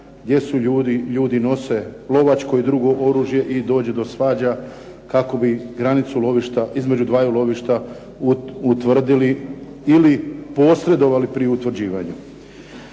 Gdje su ljudi, ljudi nose lovačko i drugo oružje i dođe do svađa kako bi granicu između dvaju lovišta utvrdili ili posredovali pri utvrđivanju.